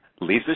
Lisa